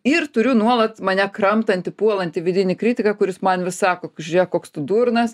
ir turiu nuolat mane kramtantį puolantį vidinį kritiką kuris man vis sako žiūrėk koks tu durnas